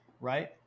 right